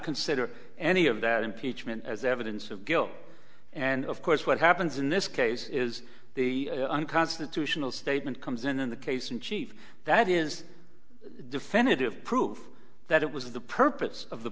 consider any of that impeachment as evidence of guilt and of course what happens in this case is the unconstitutional statement comes in in the case in chief that is defended of proof that it was the purpose of the